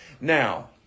Now